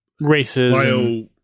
races